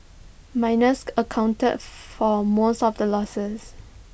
miners accounted for most of the losses